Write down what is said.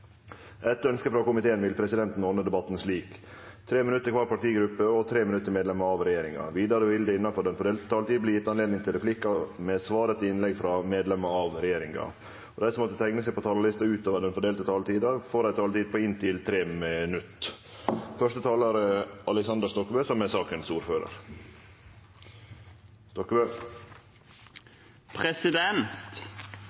eitt. Etter ønske frå finanskomiteen vil presidenten ordne debatten slik: 3 minutt til kvar partigruppe og 3 minutt til medlemer av regjeringa. Vidare vil det – innanfor den fordelte taletida – verte gjeve anledning til replikkar med svar etter innlegg frå medlemer av regjeringa, og dei som måtte teikne seg på talarlista utover den fordelte taletida, får òg ei taletid på inntil